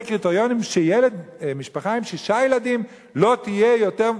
קריטריונים שמשפחה עם שישה ילדים לא תהיה יותר,